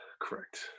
Correct